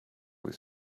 his